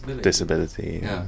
disability